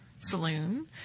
saloon